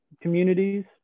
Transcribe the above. communities